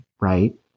right